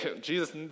Jesus